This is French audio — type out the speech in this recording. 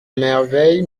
merveille